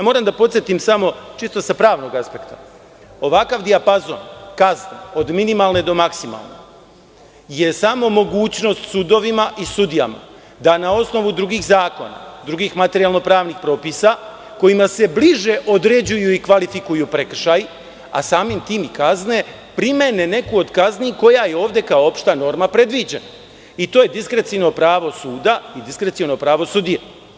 Moram da podsetim samo, čisto sa pravnog aspekta, ovakav dijapazon kazni, od minimalne do maksimalne, je samo mogućnost sudovima i sudijama da na osnovu drugih zakona, drugih materijalno-pravnih propisa, kojima se bliže određuju i kvalifikuju prekršaji, a samim tim i kazne, primene neku od kazni koja je ovde kao opšta norma predviđena i to je diskreciono pravo suda i diskreciono pravo sudija.